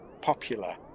popular